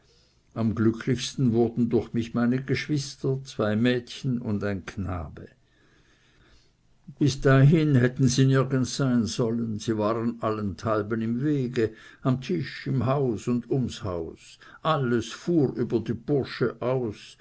am glücklichsten wurden durch mich meine geschwister zwei mädchen und ein knabe bis dahin hätten sie nirgends sein sollen sie waren allenthalben im wege am tisch im haus und ums haus alles fuhr über die bursche aus